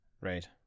right